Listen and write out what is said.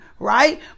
right